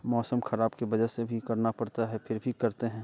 मौसम खराब के वजह से भी करना पड़ता है फिर भी करते हैं